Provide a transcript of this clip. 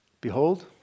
behold